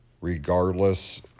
regardless